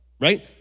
right